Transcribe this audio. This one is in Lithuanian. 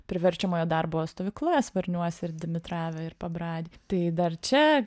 priverčiamojo darbo stovyklas varniuose ir dimitrave ir pabrad tai dar čia